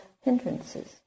hindrances